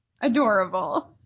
Adorable